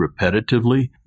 repetitively